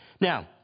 Now